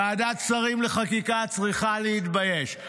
ועדת שרים לחקיקה צריכה להתבייש.